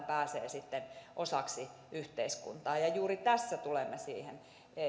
pääsee sitten osaksi yhteiskuntaa juuri tässä tulemme siihen